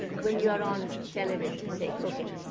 when you are on television, say cooking,